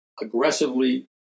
aggressively